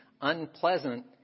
Unpleasant